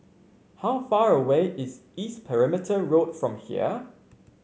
how far away is East Perimeter Road from here